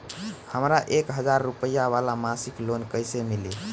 हमरा एक हज़ार रुपया वाला मासिक लोन कईसे मिली?